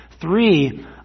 Three